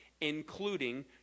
including